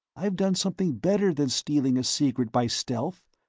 i've done something better than stealing a secret by stealth.